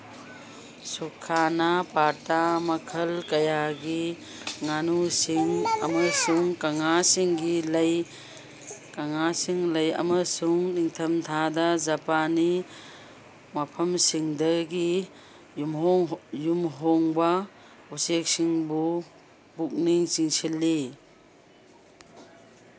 ꯁꯨꯈꯥꯅꯥ ꯄꯥꯠꯇ ꯃꯈꯜ ꯀꯌꯥꯒꯤ ꯉꯥꯅꯨꯁꯤꯡ ꯑꯃꯁꯨꯡ ꯀꯪꯉꯥꯁꯤꯡꯒꯤ ꯂꯩ ꯀꯪꯉꯥꯁꯤꯡ ꯂꯩ ꯑꯃꯁꯨꯡ ꯅꯤꯡꯊꯝ ꯊꯥꯗ ꯖꯄꯥꯅꯤ ꯃꯐꯝꯁꯤꯡꯗꯒꯤ ꯌꯨꯝꯍꯣꯡꯕ ꯎꯆꯦꯛꯁꯤꯡꯕꯨ ꯄꯨꯛꯅꯤꯡ ꯆꯤꯡꯁꯤꯜꯂꯤ